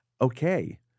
okay